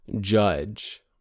judge